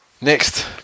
Next